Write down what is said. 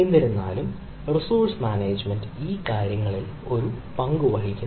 എന്നിരുന്നാലും resource management ഈ കാര്യങ്ങളിൽ ഒരു പങ്ക് വഹിക്കുന്നു